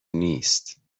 نیست